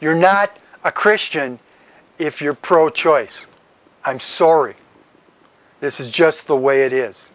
you're not a christian if you're pro choice i'm sorry this is just the way it is